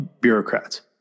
bureaucrats